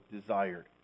desired